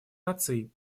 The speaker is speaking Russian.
наций